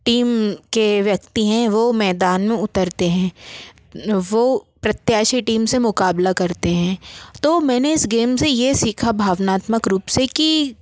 team के व्यक्ति हैं वो मैदान मे उतरते हैं वो प्रत्याशी टीम से मुकाबला करते हैं तो मैंने इस गेम से ये सीखा भावनात्मक रूप से की